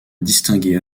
distinguer